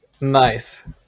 Nice